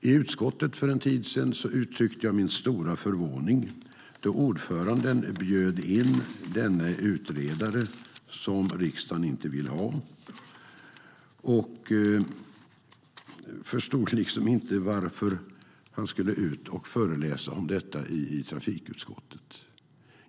I utskottet för en tid sedan uttryckte jag min stora förvåning då ordföranden bjöd in denne utredare som riksdagen inte vill ha. Jag förstod liksom inte varför han skulle ut och föreläsa om detta i trafikutskottet.